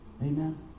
Amen